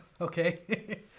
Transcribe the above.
Okay